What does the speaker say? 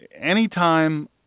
Anytime